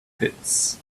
pits